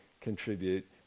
contribute